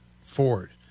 Ford